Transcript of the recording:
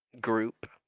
group